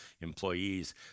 employees